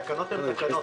תקנות הן תקנות,